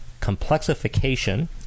complexification